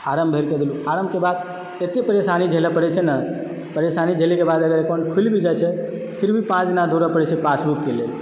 farm भरिके देलु फार्मके बाद एतय परेशानी झेलए परैत छै न परेशानी झेलयके बाद अगर अकाउंट खुलि भी जाइत छै फिर भी पाँच दिना दौरय परैत छै पासबुकके लेल